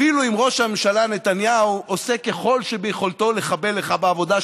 אפילו אם ראש הממשלה נתניהו עושה כל שביכולתו לחבל לך בעבודה,